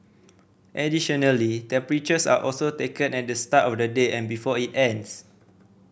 additionally temperatures are also taken at the start of the day and before it ends